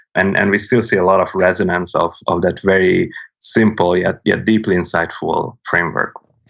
and and we still see a lot of resonance of of that very simple, yet yet deeply insightful framework well,